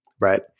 right